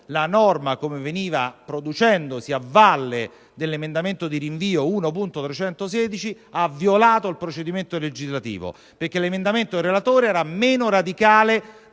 la norma come veniva producendosi a valle dell'emendamento di rinvio 1.316 - ha violato il procedimento legislativo, perché l'emendamento del relatore era meno radicale